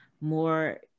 more